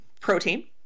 Protein